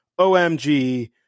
OMG